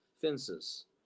fences